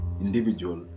individual